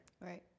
Right